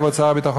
כבוד שר הביטחון,